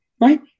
right